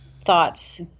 thoughts